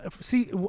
See